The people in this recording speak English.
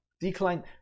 decline